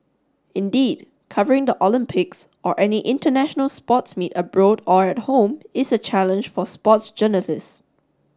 indeed covering the Olympics or any international sports meet abroad or at home is a challenge for sports journalists